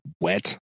wet